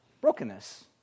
brokenness